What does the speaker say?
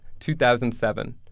2007